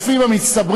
ישראל.